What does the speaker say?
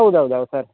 ಹೌದ್ ಹೌದ್ ಹೌದ್ ಸರ್